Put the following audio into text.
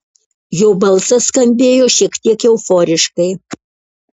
jo balsas skambėjo šiek tiek euforiškai